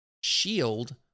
shield